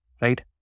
right